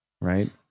Right